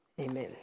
Amen